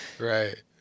Right